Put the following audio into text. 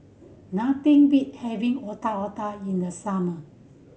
nothing beat having Otak Otak in the summer